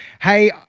hey